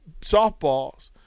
softballs